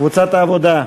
קבוצת העבודה?